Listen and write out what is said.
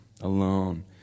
alone